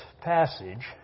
passage